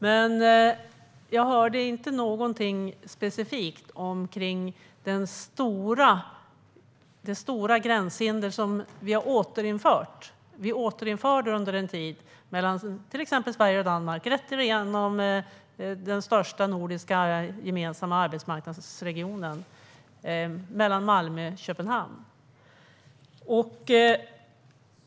Men jag hörde inte någonting specifikt om det stora gränshinder som vi återinförde under en tid mellan till exempel Sverige och Danmark, rätt igenom den största nordiska gemensamma arbetsmarknadsregionen, alltså den mellan Malmö och Köpenhamn.